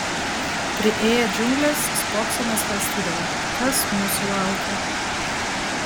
priėję džiungles spoksome svarstydami kas mūsų laukia